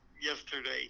yesterday